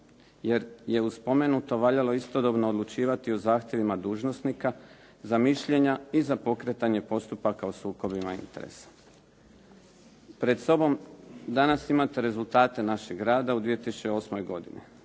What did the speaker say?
jer je uz spomenuto valjalo istodobno odlučivati o zahtjevima dužnosnika za mišljenja i za pokretanje postupaka o sukobima interesa. Pred sobom danas imate rezultate našeg rada u 2008. godini.